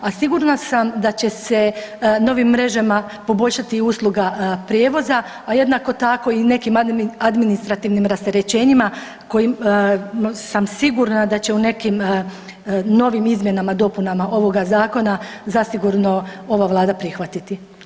A sigurna sam da će se novim mrežama poboljšati usluga prijevoza, a jednako tako i nekim administrativnim rasterećenjima koji sam sigurna u nekim novim izmjenama, dopunama ovoga zakona zasigurno ova Vlada prihvatiti.